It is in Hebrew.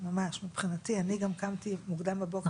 אני גם קמתי מוקדם בבוקר,